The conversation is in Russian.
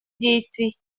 действий